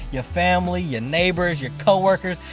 your family, your neighbors, your coworkers,